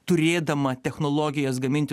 turėdama technologijas gaminti